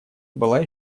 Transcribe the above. была